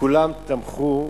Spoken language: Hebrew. וכולם תמכו,